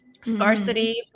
Scarcity